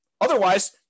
Otherwise